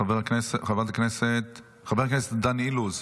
חבר הכנסת דן אילוז?